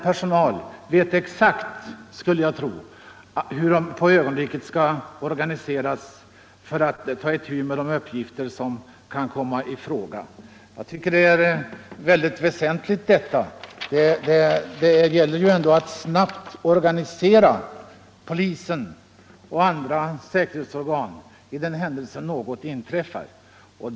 Personalen vet exakt, skulle jag tro, hur man på ögonblicket skall organisera sig för att ta itu med de uppgifter som kan komma i fråga. Detta anser jag vara väldigt väsentligt, för det gäller ändå att snabbt organisera polisen och andra säkerhetsorgan i den händelse något inträffar.